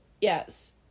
yes